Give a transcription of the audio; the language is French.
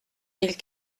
mille